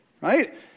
right